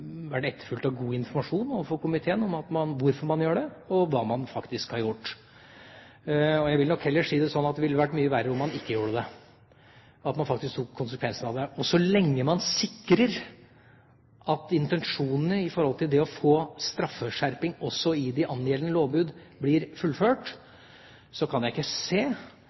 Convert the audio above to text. vært etterfulgt av god informasjon overfor komiteen om hvorfor man gjør det, og hva man faktisk har gjort. Jeg vil nok heller si det slik at det ville vært mye verre om man ikke gjorde det, og at man faktisk tok konsekvensen av det. Så lenge man sikrer at intensjonene for å få straffeskjerping også i de angjeldende lovbrudd blir fullført, kan jeg ikke se